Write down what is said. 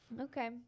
Okay